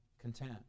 content